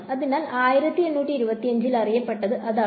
അതിനാൽ 1823 ൽ അറിയപ്പെട്ടത് അതാണ്